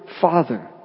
father